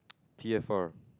t_f_r